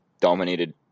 dominated